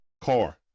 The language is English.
car